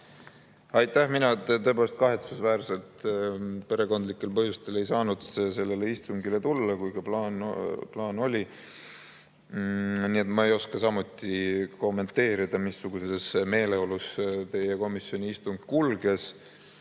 Aitäh! Mina tõepoolest, kahetsusväärselt, perekondlikel põhjustel ei saanud sellele istungile tulla, kuigi plaan oli. Nii et ma ei oska samuti kommenteerida, missuguses meeleolus komisjoni istung kulges.